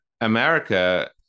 America